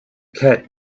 cat